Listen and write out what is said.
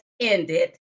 ended